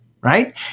right